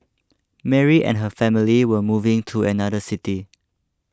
Mary and her family were moving to another city